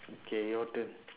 okay your turn